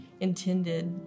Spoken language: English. intended